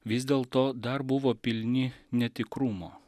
vis dėlto dar buvo pilni netikrumo